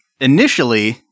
initially